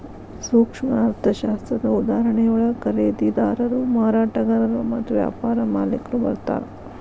ಸೂಕ್ಷ್ಮ ಅರ್ಥಶಾಸ್ತ್ರದ ಉದಾಹರಣೆಯೊಳಗ ಖರೇದಿದಾರರು ಮಾರಾಟಗಾರರು ಮತ್ತ ವ್ಯಾಪಾರ ಮಾಲಿಕ್ರು ಬರ್ತಾರಾ